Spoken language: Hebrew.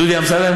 דודי אמסלם?